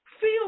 feel